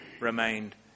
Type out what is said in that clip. remained